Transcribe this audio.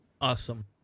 Awesome